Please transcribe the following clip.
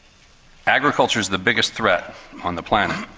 agriculture is the biggest threat on the planet,